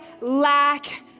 lack